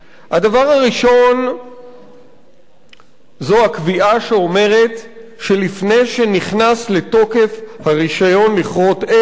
הדבר הראשון זה הקביעה שאומרת שלפני שנכנס לתוקף הרשיון לכרות עץ,